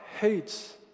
hates